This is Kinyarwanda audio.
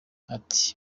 ati